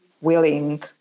willing